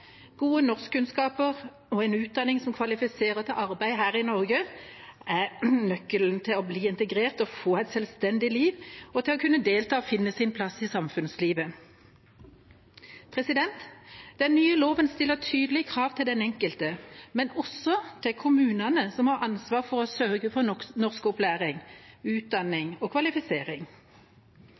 Gode norskkunnskaper og en utdanning som kvalifiserer til arbeid her i Norge, er nøkkelen til å bli integrert, få et selvstendig liv og kunne delta og finne sin plass i samfunnslivet. Den nye loven stiller tydelige krav til den enkelte, men også til kommunene, som har ansvar for å sørge for norskopplæring, utdanning og kvalifisering.